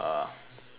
I wrote about